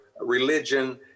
religion